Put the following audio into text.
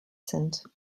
sind